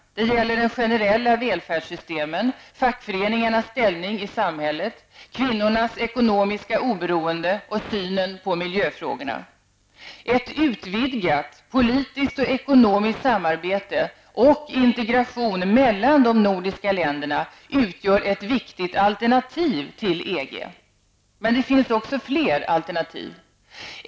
Det gäller de generella välfärdssystemen, fackföreningarnas ställning i samhället, kvinnornas ekonomiska oberoende och synen på miljöfrågorna. Ett utvidgat politiskt och ekonomiskt samarbete och integration mellan de nordiska länderna utgör ett viktigt alternativ till EG. Men det finns fler alternativ.